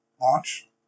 launch